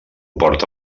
porta